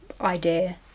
idea